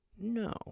no